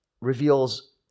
reveals